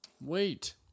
wait